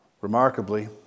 Remarkably